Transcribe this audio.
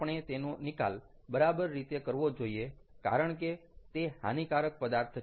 આપણે તેનો નિકાલ બરાબર રીતે કરવો જોઈએ કારણ કે તે હાનિકારક પદાર્થ છે